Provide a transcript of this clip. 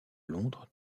londres